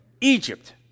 Egypt